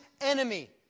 enemy